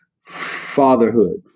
fatherhood